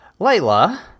Layla